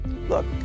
Look